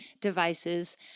devices